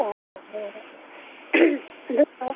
ꯑꯣ ꯍꯣꯏ ꯍꯣꯏ ꯑꯗꯨꯒ